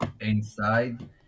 inside